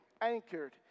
anchored